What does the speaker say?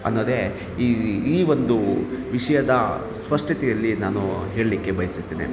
ಅನ್ನೋದೇ ಈ ಈ ಒಂದು ವಿಷಯದ ಸ್ಪಷ್ಟತೆಯಲ್ಲಿ ನಾನು ಹೇಳಲಿಕ್ಕೆ ಬಯಸುತ್ತಿದ್ದೇನೆ